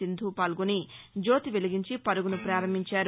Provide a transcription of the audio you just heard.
సింధూ పాల్గొని జ్యోతి వెలిగించి పరుగును ప్రారంభించారు